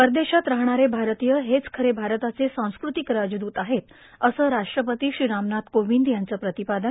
परदेशात राहणारे भारतीय हेच खरे भारताचे सांस्कृतिक राजदूत आहेत असं राष्ट्रपती श्री रामनाथ कोविंद यांचं प्रतिपादन